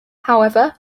however